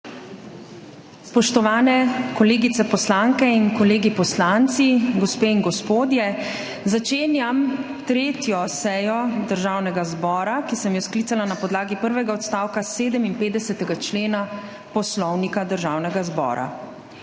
Spoštovane kolegice poslanke in kolegi poslanci, gospe in gospodje! Začenjam 3. sejo Državnega zbora, ki sem jo sklicala na podlagi prvega odstavka 57. člena Poslovnika Državnega zbora.